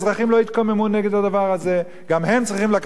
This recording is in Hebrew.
גם הם צריכים להביא בחשבון שלא לעולם חוסן.